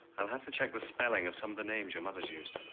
i'll have to check the spelling of some of the names your mother's used.